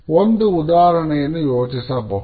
ಒಂದು ಉದಾಹರಣೆಯನ್ನು ಯೋಚಿಸಬಹುದೇ